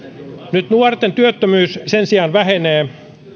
nyt nuorten työttömyys sen sijaan vähenee